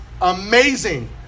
amazing